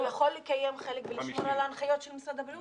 הוא יכול לקיים חלק ולשמור על ההנחיות של משרד הבריאות.